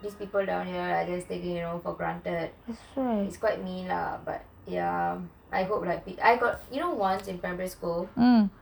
these people down here you know they just take it for granted it's quite mean lah but I hope lah you know once in primary school